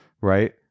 right